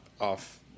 off